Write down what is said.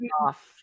off